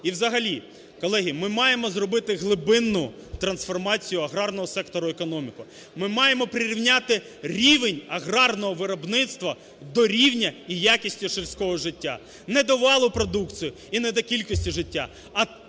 І взагалі, колеги, ми маємо зробити глибинну трансформацію аграрного сектору економіки. Ми маємо прирівняти рівень аграрного виробництва до рівня і якості сільського життя. Не до валу продукції і не до кількості життя,